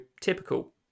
typical